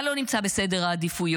מה לא נמצא בסדר העדיפויות?